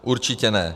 Určitě ně.